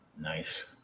Nice